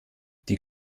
die